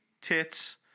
tits